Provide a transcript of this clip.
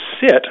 sit